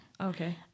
Okay